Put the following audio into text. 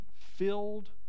filled